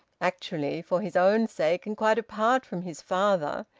actually, for his own sake, and quite apart from his father,